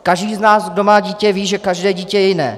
Každý z nás, kdo má dítě, ví, že každé dítě je jiné.